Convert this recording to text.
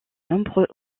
nombreux